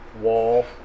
wall